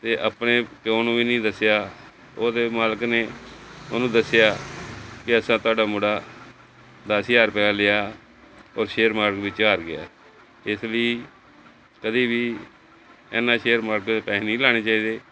ਅਤੇ ਆਪਣੇ ਪਿਓ ਨੂੰ ਵੀ ਨਹੀਂ ਦੱਸਿਆ ਉਹਦੇ ਮਾਲਕ ਨੇ ਉਹਨੂੰ ਦੱਸਿਆ ਕਿ ਇਸ ਤਰ੍ਹਾਂ ਤੁਹਾਡਾ ਮੁੰਡਾ ਦਸ ਹਜ਼ਾਰ ਰੁਪਇਆ ਲਿਆ ਔਰ ਸ਼ੇਅਰ ਮਾਰਕੀਟ ਵਿੱਚ ਹਾਰ ਗਿਆ ਇਸ ਲਈ ਕਦੀ ਵੀ ਐਨਾ ਸ਼ੇਅਰ ਮਾਰਕੀਟ 'ਚ ਪੈਸੇ ਨਹੀਂ ਲਾਉਣੇ ਚਾਹੀਦੇ